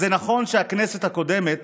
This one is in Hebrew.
אז נכון שהכנסת הקודמת